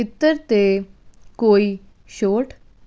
ਇਤਰ 'ਤੇ ਕੋਈ ਛੋਟ